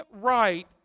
right